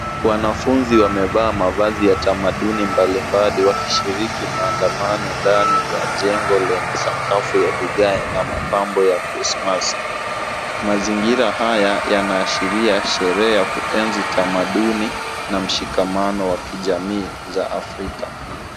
Wanafunzi wamevaa mavazi ya tamaduni mbalimbali wakishiriki maandamano ndani ya jengo lenye sakafu ya vigae na mapambo ya krismasi. Mazingira haya yanaashiria sherehe ya kuenzi tamaduni na mshikamano wa kijamii za Afrika.